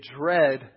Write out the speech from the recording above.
dread